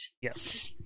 yes